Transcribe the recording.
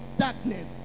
darkness